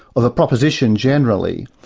or the proposition generally,